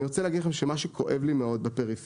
אני רוצה להגיד לכם שמה שכואב לי מאוד בפריפריה,